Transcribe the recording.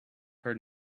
heard